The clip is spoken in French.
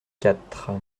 quatre